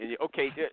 Okay